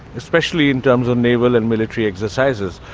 especially in terms of naval and military exercises.